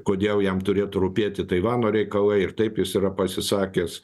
kodėl jam turėtų rūpėti taivano reikalai ir taip jis yra pasisakęs